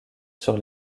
sur